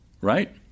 right